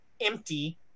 empty